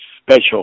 special